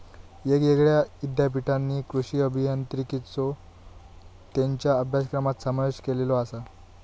येगयेगळ्या ईद्यापीठांनी कृषी अभियांत्रिकेचो त्येंच्या अभ्यासक्रमात समावेश केलेलो आसा